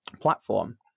platform